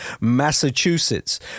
Massachusetts